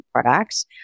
products